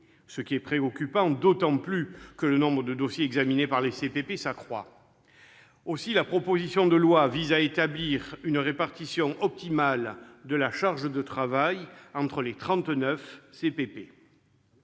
plus préoccupant que le nombre de dossiers examinés par les CPP s'accroît. Aussi, la proposition de loi vise à établir une répartition optimale de la charge de travail entre les